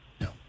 no